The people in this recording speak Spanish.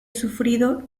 sufrido